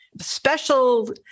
special